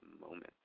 moment